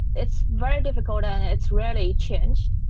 it's very difficult and it's rarely changed,